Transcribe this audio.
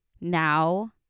now